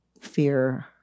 fear